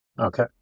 okay